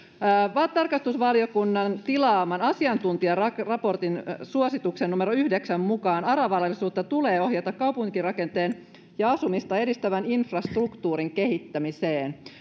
tarkastusvaliokunnan tilaaman asiantuntijaraportin suosituksen numero yhdeksään mukaan ara varallisuutta tulee ohjata kaupunkirakenteen ja asumista edistävän infrastruktuurin kehittämiseen